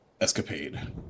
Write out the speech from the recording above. escapade